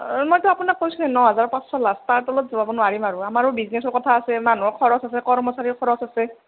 মইটো আপোনাক কৈছোৱে ন হাজাৰ পাঁচশ লাষ্ট তাৰ তলত যাব নোৱাৰিম আৰু আমাৰো বিজনেছৰ কথা আছে মানুহৰ খৰচ আছে কৰ্মচাৰীৰ খৰচ আছে